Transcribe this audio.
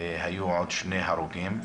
היו עוד שני הרוגים,